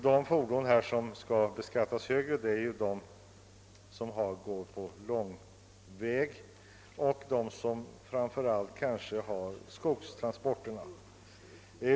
De fordon som skulle få högre skatt är de som går långa sträckor, och det drabbar framför allt skogstransporterna.